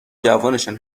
جوانشان